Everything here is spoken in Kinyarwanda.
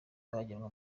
bajyanwa